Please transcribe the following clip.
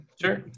Sure